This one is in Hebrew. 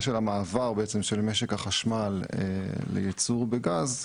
של המעבר של משק החשמל לייצור בגז,